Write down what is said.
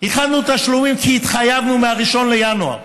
איחדנו תשלומים, כי התחייבנו מ-1 בינואר,